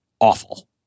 awful